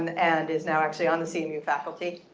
and and is now actually on the cmu faculty.